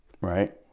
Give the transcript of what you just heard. right